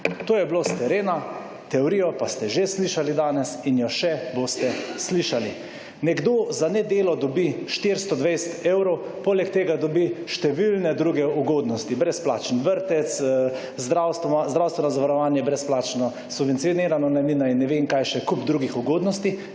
To je bilo s terena. Teorijo pa ste že slišali danes in jo še boste slišali. Nekdo za nedelo dobi 420 evrov, poleg tega dobi številne druge ugodnosti: brezplačni vrtec, zdravstveno zavarovanje brezplačno, subvencionirana najemnina in ne vem kaj še, kup drugih ugodnosti.